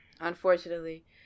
unfortunately